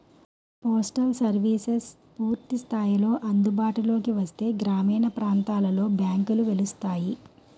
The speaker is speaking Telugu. పోస్టల్ సర్వీసెస్ పూర్తి స్థాయిలో అందుబాటులోకి వస్తే గ్రామీణ ప్రాంతాలలో బ్యాంకులు వెలుస్తాయి